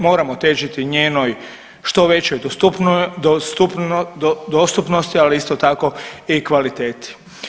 Moramo težiti njenoj što većoj dostupnosti, ali isto tako i kvaliteti.